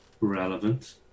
relevant